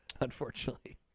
unfortunately